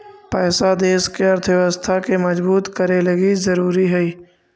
पैसा देश के अर्थव्यवस्था के मजबूत करे लगी ज़रूरी हई